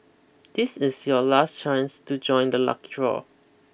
this is your last chance to join the lucky draw